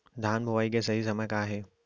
धान बोआई के सही समय का हे?